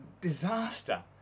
disaster